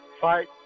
fight